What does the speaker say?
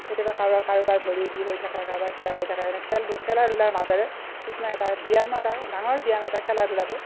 কেতিয়াবা কাৰোবাৰ কাৰোবাৰ ভৰি বিষ হৈ থাকে কাৰোবাৰ কিবা হৈ থাকে এনে খেল ধ খেলা ধূলাৰ মাজেৰে কিছুমান এটা ব্যায়াম এটা ডাঙৰ ব্যায়াম এটা খেলা ধূলাটো